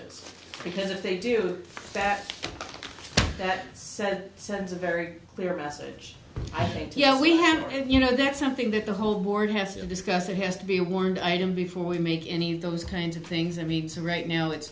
skill because if they do that that says sends a very clear message i think we have and you know that's something that the whole board has to discuss it has to be warned i don't before we make any of those kinds of things i mean right now it's